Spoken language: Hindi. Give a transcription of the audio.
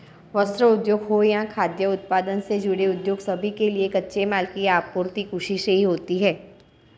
वस्त्र उद्योग हो या खाद्य उत्पादन से जुड़े उद्योग सभी के लिए कच्चे माल की आपूर्ति कृषि से ही होती है